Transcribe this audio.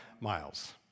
miles